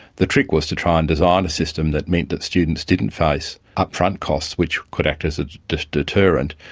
the trick was to try and design a system that meant that students didn't face upfront costs, which could act as a deterrent,